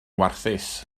warthus